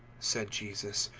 said jesus,